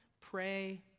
pray